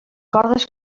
cordes